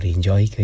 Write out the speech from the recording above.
Enjoy